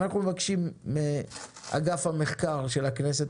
אנחנו מבקשים ממרכז המחקר והמידע של הכנסת,